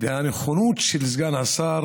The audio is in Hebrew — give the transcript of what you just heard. והנכונות של סגן השר